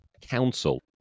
Council